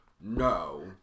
no